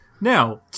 now